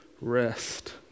rest